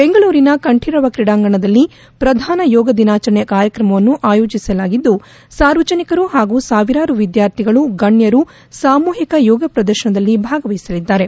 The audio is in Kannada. ಬೆಂಗಳೂರಿನ ಕಂಠೀರವ ಕ್ರೀಡಾಂಗಣದಲ್ಲಿ ಪ್ರಧಾನ ಯೋಗಾ ದಿನಾಚರಣೆ ಕಾರ್ಯಕ್ರಮವನ್ನು ಆಯೋಜಿಸಲಾಗಿದ್ದು ಸಾರ್ವಜನಿಕರು ಪಾಗೂ ಸಾವಿರಾರು ವಿದ್ಯಾರ್ಥಿಗಳು ಗಣ್ಣರು ಸಾಮೂಹಿಕ ಯೋಗಾ ಶ್ರದರ್ಶನದಲ್ಲಿ ಭಾಗವಹಿಸಲಿದ್ದಾರೆ